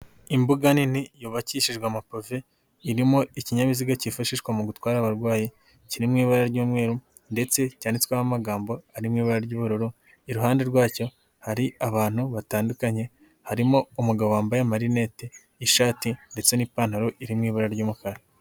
Imbuga nini yubakishijwe amapave irimo ikinyabiziga kifashishwa mu gutwara abarwayi kiri mu ibara ry'umweru ndetse cyanditsweho amagambo ari mu ibara ry'uburu, iruhande rwacyo hari abantu batandukanye harimo umugabo wambaye amarinete, ishati ndetse n'ipantaro iri mu ibara ry'umukara.